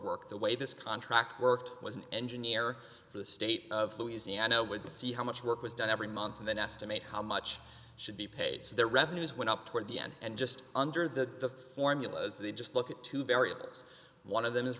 work the way this contract worked was an engineer for the state of louisiana would see how much work was done every month and then estimate how much should be paid so their revenues went up toward the end just under the formulas they just look at two variables one of them is